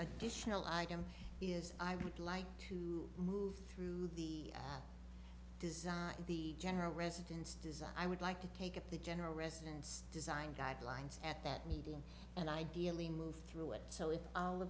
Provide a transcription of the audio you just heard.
additional item is i would like to move through the design the general residence design i would like to take up the general residence design guidelines at that meeting and ideally move through it so if all